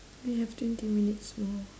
we have twenty minutes more